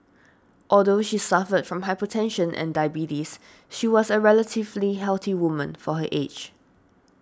although she suffered from hypertension and diabetes she was a relatively healthy woman for her age